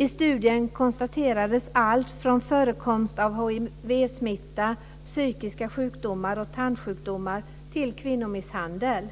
I studien konstaterades allt från förekomst av hivsmitta, psykiska sjukdomar och tandsjukdomar till kvinnomisshandel.